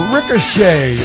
Ricochet